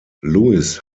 lewis